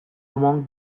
among